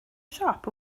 siop